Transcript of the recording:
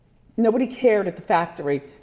nobody cared at the factory,